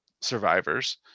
survivors